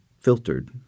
filtered